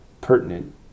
pertinent